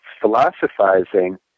philosophizing